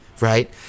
right